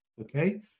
Okay